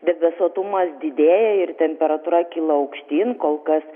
debesuotumas didėja ir temperatūra kyla aukštyn kol kas